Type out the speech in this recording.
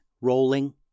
rolling